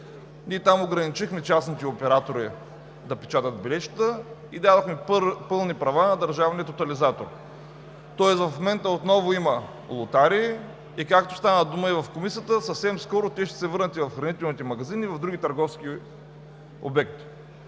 Там ограничихме частните оператори да печатат билетчета и дадохме пълни права на Държавния тотализатор. Тоест в момента отново има лотарии, и както стана дума и в Комисията, съвсем скоро те ще се върнат и в хранителните магазини, и в други търговски обекти.